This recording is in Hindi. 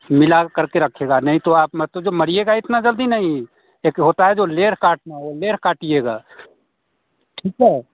मिलाव करके रखेगा नहीं तो आप मत जो मरिएगा इतना जल्दी नहीं एक होता है जो लेर काटना हुआ लेर काटीएगा ठीक है